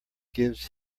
gives